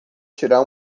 tirar